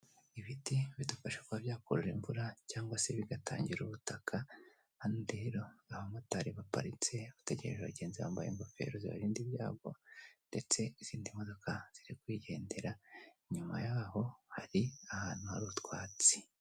Ibiti bidufasha kuba byakurura imvura cyangwa se bigatangira ubutaka andi abamotari baparitse bategereje abagenzi bambaye ingofero zibarinda ibyago, ndetse izindi modoka zirikwigendera, inyuma yaho hari ahantu hari utwatsi.